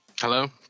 Hello